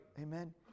Amen